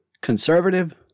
conservative